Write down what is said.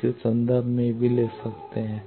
के संदर्भ में भी लिख सकते हैं